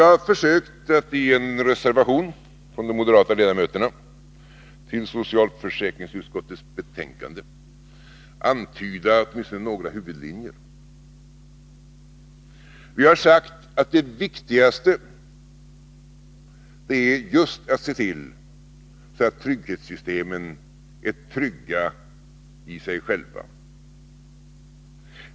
De moderata ledamöterna har försökt att i en reservation till socialförsäkringsutskottets betänkande antyda åtminstone några huvudlinjer. Vi har sagt att det viktigaste är just att se till att trygghetssystemen är trygga i sig själva.